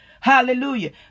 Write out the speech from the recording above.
Hallelujah